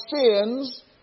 sins